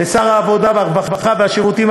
כדאי לך כל הדבר הזה וההקראה הארוכה הזאת,